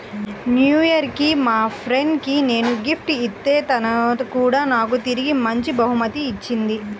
new year కి మా friend కి నేను గిఫ్ట్ ఇత్తే తను కూడా నాకు తిరిగి మంచి బహుమతి ఇచ్చింది